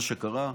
מה שקרה,